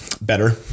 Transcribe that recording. better